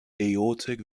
aortic